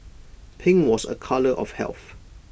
pink was A colour of health